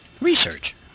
Research